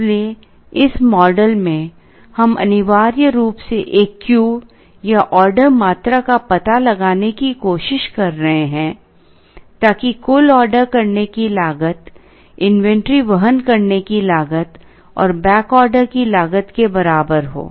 इसलिए इस मॉडल में हम अनिवार्य रूप से एक Q या ऑर्डर मात्रा का पता लगाने की कोशिश कर रहे हैं ताकि कुल ऑर्डर करने की लागत इन्वेंट्री वहन करने की लागत और बैक ऑर्डर की लागत के बराबर हो